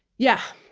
yeah.